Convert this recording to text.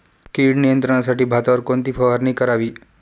कीड नियंत्रणासाठी भातावर कोणती फवारणी करावी?